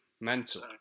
Mental